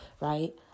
right